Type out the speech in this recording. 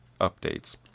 updates